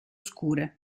scure